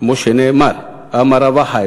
כמו שנאמר: "אמר רב אחא,